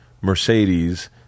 Mercedes